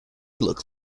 look